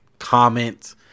Comment